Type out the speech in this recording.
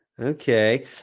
Okay